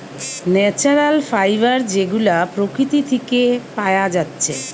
natural fiber যেগুলা প্রকৃতি থিকে পায়া যাচ্ছে